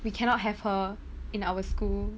we cannot have her in our school